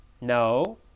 No